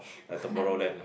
like tomorrow land ah